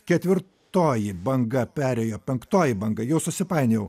ketvirtoji banga perėjo penktoji banga jau susipainiojau